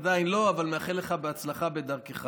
עדיין לא, אבל אני מאחל לך הצלחה בדרכך.